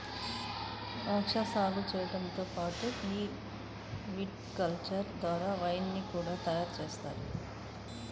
ద్రాక్షా సాగు చేయడంతో పాటుగా ఈ విటికల్చర్ ద్వారా వైన్ ని కూడా తయారుజేస్తారు